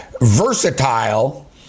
versatile